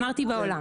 אמרתי: בעולם.